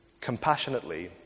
compassionately